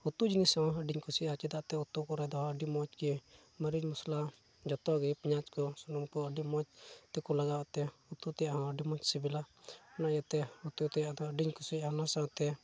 ᱩᱛᱩ ᱡᱤᱱᱤᱥ ᱦᱚᱸ ᱟᱹᱰᱤᱧ ᱠᱩᱥᱤᱭᱟᱜᱼᱟ ᱪᱮᱫᱟᱜ ᱛᱮ ᱩᱛᱩ ᱠᱚᱨᱮ ᱫᱚ ᱟᱹᱰᱤ ᱢᱚᱡᱽ ᱜᱮ ᱢᱟᱹᱨᱤᱪ ᱢᱚᱥᱞᱟ ᱡᱚᱛᱚᱜᱮ ᱯᱮᱸᱭᱟᱡᱽ ᱠᱚ ᱥᱩᱱᱩᱢ ᱠᱚ ᱟᱹᱰᱤ ᱢᱚᱡᱽ ᱛᱮᱠᱚ ᱞᱟᱜᱟᱣ ᱟᱜ ᱛᱮ ᱩᱛᱩ ᱛᱮᱭᱟᱜ ᱦᱚᱸ ᱟᱹᱰᱤ ᱢᱚᱡᱽ ᱥᱤᱵᱤᱞᱟ ᱚᱱᱟ ᱤᱭᱟᱹ ᱛᱮ ᱩᱛᱩ ᱛᱮᱭᱟᱜ ᱫᱚ ᱟᱹᱰᱤᱧ ᱠᱩᱥᱤᱭᱟᱜᱼᱟ ᱚᱱᱟ ᱥᱟᱶᱛᱮ